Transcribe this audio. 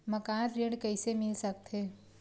मकान ऋण कइसे मिल सकथे?